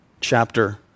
chapter